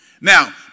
Now